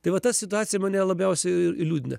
tai va ta situacija mane labiausiai ir liūdina